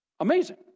Amazing